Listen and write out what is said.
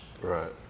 Right